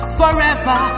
forever